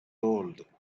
old